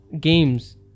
games